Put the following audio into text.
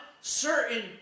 certain